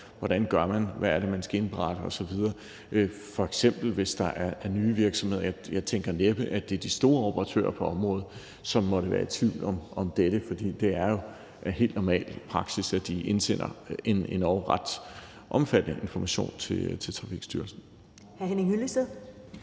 hvordan man gør, hvad det er, man skal indberette osv., f.eks. hvis der er nye virksomheder. Jeg tænker, at det næppe er de store operatører på området, som måtte være i tvivl om dette, for det er jo helt normal praksis, at de indsender endog ret omfattende informationer til Trafikstyrelsen.